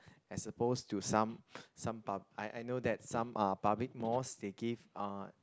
as supposed to some some I I know that some uh public malls they give uh